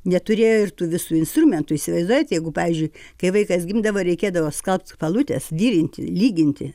neturėjo ir tų visų instrumentų įsivaizduojat jeigu pavyzdžiui kai vaikas gimdavo reikėdavo skalbt palutes virinti lyginti